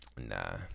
Nah